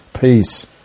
peace